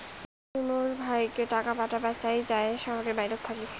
মুই মোর ভাইকে টাকা পাঠাবার চাই য়ায় শহরের বাহেরাত থাকি